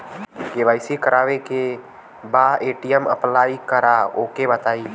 KYC करावे के बा ए.टी.एम अप्लाई करा ओके बताई?